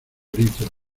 gritos